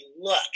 look